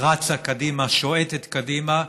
רצה קדימה, שועטת קדימה,